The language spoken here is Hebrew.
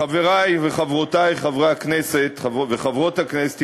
חברי וחברותי חברי הכנסת וחברות הכנסת,